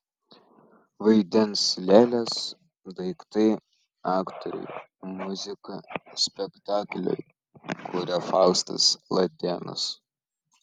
vaidins lėlės daiktai aktoriai muziką spektakliui kuria faustas latėnas